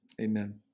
Amen